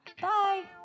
Bye